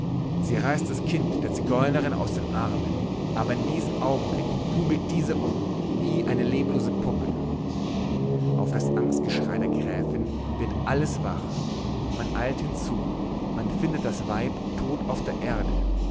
sie reißt das kind der zigeunerin aus den armen aber in diesem augenblick kugelt diese um wie eine leblose puppe auf das angstgeschrei der gräfin wird alles wach man eilt hinzu man findet das weib tot auf der erde